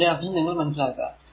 അതിന്റെ അർഥം നിങ്ങൾ മനസിലാക്കുക